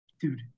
Dude